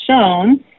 shown